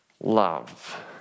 love